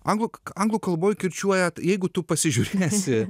anglų anglų kalboj kirčiuojant jeigu tu pasižiūrė nesi